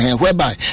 whereby